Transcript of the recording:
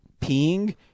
peeing